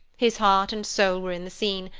his heart and soul were in the scene,